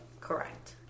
Correct